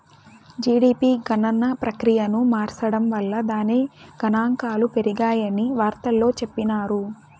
GDP గణన ప్రక్రియను మార్సడం వల్ల దాని గనాంకాలు పెరిగాయని వార్తల్లో చెప్పిన్నారు